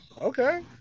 okay